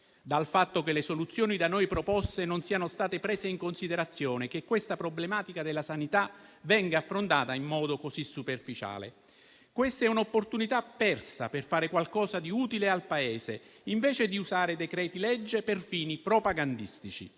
del fatto che le soluzioni da noi proposte non siano state prese in considerazione e che la problematica della sanità venga affrontata in modo così superficiale. Questa è un'opportunità persa per fare qualcosa di utile al Paese, invece di usare i decreti-legge per fini propagandistici.